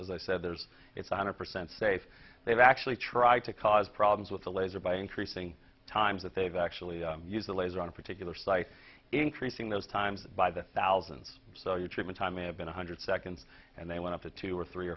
as i said there's it's one hundred percent safe they've actually tried to cause problems with the laser by increasing times that they've actually used a laser on a particular site increasing those times by the thousands so your treatment time may have been one hundred seconds and they went up to two or three